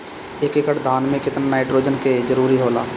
एक एकड़ धान मे केतना नाइट्रोजन के जरूरी होला?